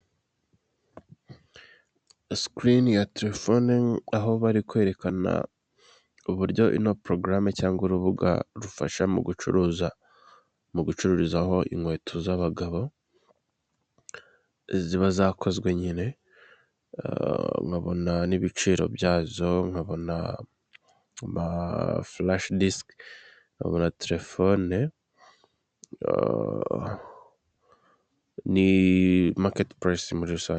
Sikirini ya telefone aho bari kwerekana uburyo ino porogaramu cyangwa urubuga rufasha mu gucuruza, mu gucururizaho inkweto z'abagabo ziba zakozwe nyine nkabona n'ibiciro byazo, nkabona amafulashe disiki, nkabona telefone ni maketi purese muri rusange.